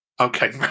Okay